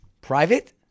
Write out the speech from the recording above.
Private